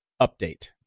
update